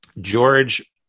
George